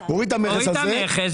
באירופה?